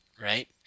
right